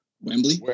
Wembley